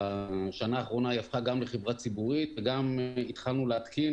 בשנה האחרונה היא הפכה גם לחברה ציבורית וגם התחלנו להתקין